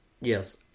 yes